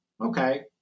Okay